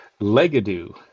Legadoo